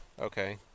Okay